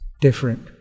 different